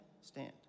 stand